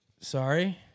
Sorry